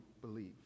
believe